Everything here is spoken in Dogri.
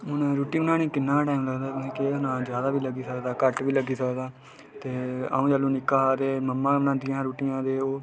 हुन रूट्टी बनाने गी किन्ना गै टाइम लगदा जैदा बी लग्गी सकदा घट्ट बी लग्गी सकदा ते अ'ऊ जेह्लै निक्का हा ते मम्मा बनांदियां हियां रुट्टियां ते ओह्